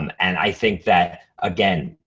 um and i think that again,